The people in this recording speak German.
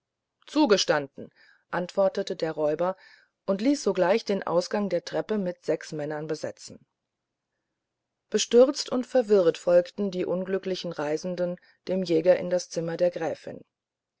zugestanden antwortete der räuber und ließ zugleich den ausgang der treppe mit sechs männern besetzen bestürzt und verwirrt folgten die unglücklichen reisenden dem jäger in das zimmer der gräfin